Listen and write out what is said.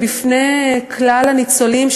ובפני כלל הניצולים,